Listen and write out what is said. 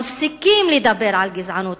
מפסיקים לדבר על גזענות,